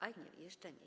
A nie, jeszcze nie.